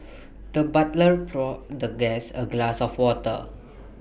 the butler poured the guest A glass of water